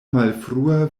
malfrua